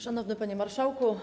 Szanowny Panie Marszałku!